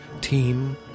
team